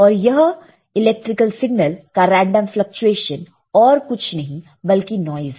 और यह electrical signal का रेंडम फ्लकचुएशन और कुछ नहीं बल्कि नॉइस है